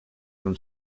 from